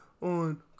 on